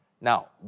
Now